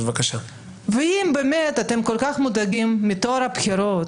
ואם באמת אתם כל כך מודאגים מטוהר הבחירות,